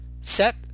Set